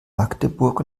magdeburg